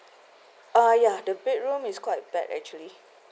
uh ya the bedroom is quite bad actually